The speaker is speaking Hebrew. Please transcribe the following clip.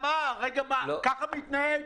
ככה זה מתנהל?